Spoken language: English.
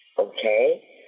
Okay